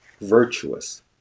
virtuous